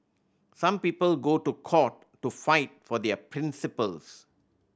some people go to court to fight for their principles